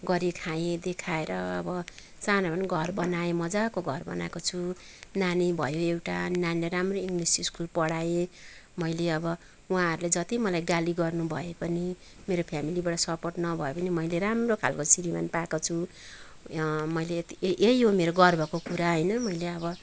गरि खाएँ देखाएर अब सानो भए पनि घर बनाएँ मजाको घर बनाएको छु नानी भयो एउटा अनि नानीलाई राम्रो इङ्लिस स्कुल पढाएँ मैले अब उहाँहरूले जति मलाई गाली गर्नु भए पनि मेरो फेमिलीबाट सपोर्ट नभए पनि मैले राम्रो खालको श्रीमान पाको छु मैले यही हो मेरो गर्वको कुरा हैन